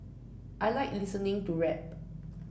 I like listening to rap